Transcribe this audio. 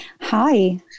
Hi